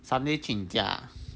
sunday 去你家 ah